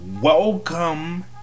welcome